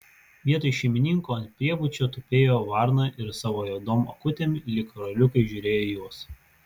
vietoj šeimininko ant priebučio tupėjo varna ir savo juodom akutėm lyg karoliukais žiūrėjo į juos